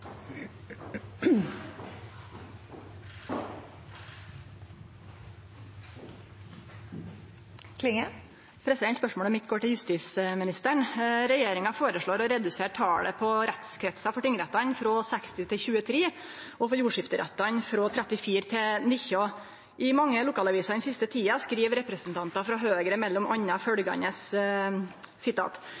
Spørsmålet mitt går til justisministeren. Regjeringa føreslår å redusere talet på rettskretsar for tingrettane, frå 60 til 23, og for jordskifterettane, frå 34 til 19. I mange lokalaviser den siste tida skriv representantar frå Høgre